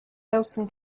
nelson